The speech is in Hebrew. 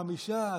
חמישה,